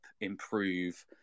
improve